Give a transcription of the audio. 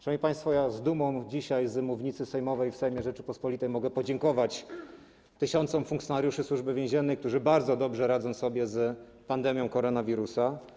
Szanowni państwo, dzisiaj z mównicy sejmowej w Sejmie Rzeczypospolitej Polskiej z dumą mogę podziękować tysiącom funkcjonariuszy Służby Więziennej, którzy bardzo dobrze radzą sobie z pandemią koronawirusa.